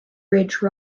ridge